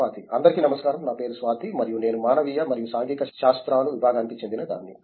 స్వాతి అందరికీ నమస్కారం నా పేరు స్వాతి మరియు నేను మానవీయ మరియు సాంఘిక శాస్త్రాలు విభాగానికి చెందినదాన్ని